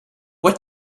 what